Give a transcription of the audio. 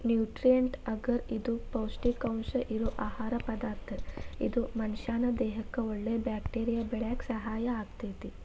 nutrient agar ಇದು ಪೌಷ್ಟಿಕಾಂಶ ಇರೋ ಆಹಾರ ಪದಾರ್ಥ ಇದು ಮನಷ್ಯಾನ ದೇಹಕ್ಕಒಳ್ಳೆ ಬ್ಯಾಕ್ಟೇರಿಯಾ ಬೆಳ್ಯಾಕ ಸಹಾಯ ಆಗ್ತೇತಿ